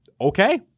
okay